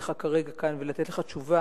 כרגע בטח שלא,